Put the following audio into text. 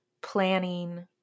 planning